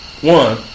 One